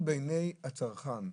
אנחנו בעיניי הצרכן.